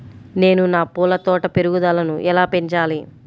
నేను నా పూల తోట పెరుగుదలను ఎలా పెంచాలి?